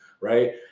right